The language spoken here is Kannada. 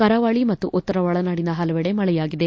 ಕರಾವಳಿ ಮತ್ತು ಉತರ ಒಳನಾಡಿನ ಪಲವೆಡೆ ಮಳೆಯಾಗಿದೆ